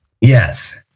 Yes